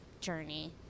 journey